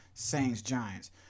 Saints-Giants